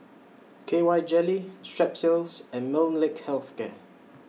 K Y Jelly Strepsils and Molnylcke Health Care